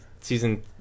season